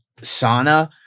sauna